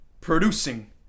producing